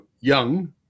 young